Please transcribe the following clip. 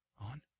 on